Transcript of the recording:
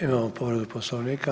Imamo povredu Poslovnika.